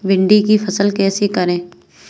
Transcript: भिंडी की फसल कैसे करें?